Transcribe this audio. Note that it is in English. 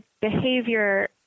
behavior